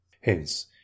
Hence